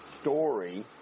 story